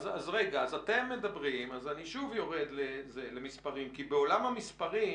אז אני שוב יורד למספרים, כי בעולם המספרים